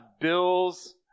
bills